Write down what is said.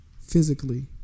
physically